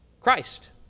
Christ